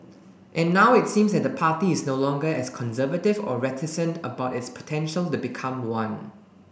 and now it seems that the party is no longer as conservative or reticent about its potential to become one